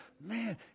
Man